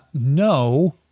No